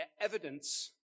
evidence